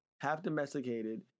half-domesticated